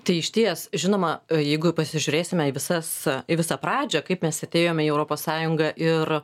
tai išties žinoma jeigu pasižiūrėsime į visas į visą pradžią kaip mes atėjome į europos sąjungą ir